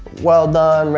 well done,